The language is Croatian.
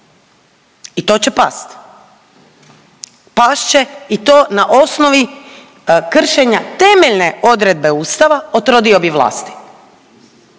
i to će past. Past će i to na osnovi kršenja temeljne odredbe Ustava o trodiobi vlasti,